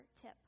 tip